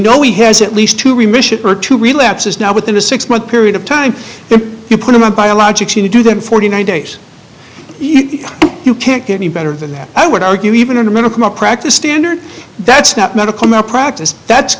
know he has at least two remission or two relapses now within a six month period of time you put them on biologics you do them forty nine dollars days you can't get any better than that i would argue even in a medical malpractise standard that's not medical malpractise that's